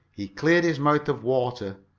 he cleared his mouth of water.